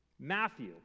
Matthew